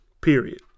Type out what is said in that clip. Period